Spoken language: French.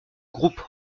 groupe